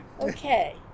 okay